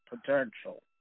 potential